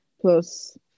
plus